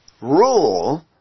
rule